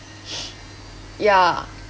ya